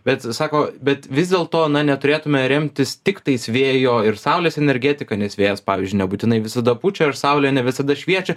bet sako bet vis dėlto na neturėtume remtis tiktais vėjo ir saulės energetika nes vėjas pavyzdžiui nebūtinai visada pučia ir saulė ne visada šviečia